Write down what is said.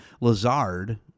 Lazard